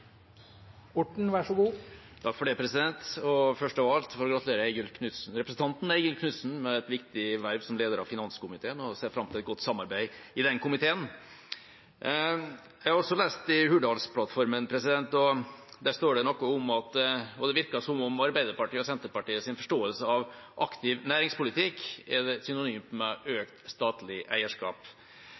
Først av alt må jeg få gratulere representanten Eigil Knutsen med et viktig verv som leder av finanskomiteen, og jeg ser fram til et godt samarbeid i den komiteen. Jeg har også lest i Hurdalsplattformen, og det virker som om Arbeiderpartiets og Senterpartiets forståelse av aktiv næringspolitikk er synonymt med økt statlig eierskap. Samtidig legges det opp til en politikk der privat eierskap svekkes gjennom økt beskatning av norsk eierskap i norske bedrifter. Så er det